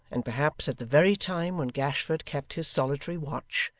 and perhaps at the very time when gashford kept his solitary watch,